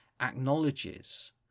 acknowledges